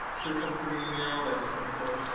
proofing through email. there's some cool.